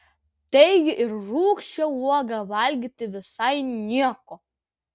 taigi ir rūgščią uogą valgyti visai nieko